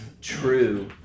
true